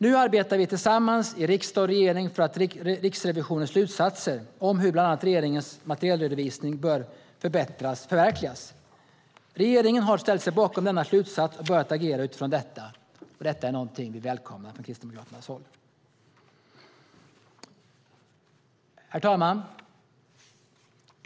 Nu arbetar vi tillsammans i riksdag och regering för att förverkliga Riksrevisionens slutsats om hur bland annat regeringens materielredovisning bör förbättras. Regeringen har ställt sig bakom denna slutsats och börjat agera utifrån denna, och det är något som vi kristdemokrater välkomnar. Herr talman!